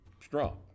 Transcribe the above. strong